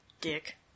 Dick